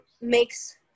makes